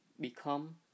become